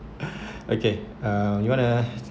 okay er you wanna